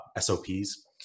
SOPs